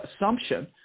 assumption